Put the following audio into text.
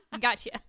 gotcha